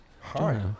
Hi